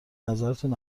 نظرتون